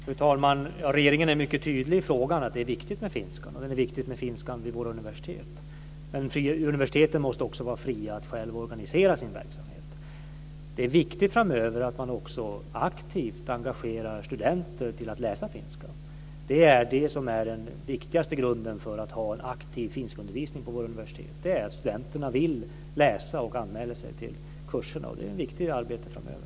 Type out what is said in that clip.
Fru talman! Regeringen är mycket tydlig i fråga om att det är viktigt med finska vid våra universitet. Men universiteten måste också vara fria att själva organisera sin verksamhet. Det är viktigt framöver att man också aktivt engagerar studenter för att läsa finska. Det är den viktigaste grunden för att ha aktiv finskundervisning vid våra universitet; att studenterna vill läsa och anmäler sig till kurserna. Det är ett viktigt arbete framöver.